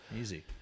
Easy